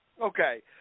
okay